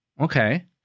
okay